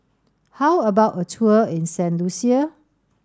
how about a tour in Saint Lucia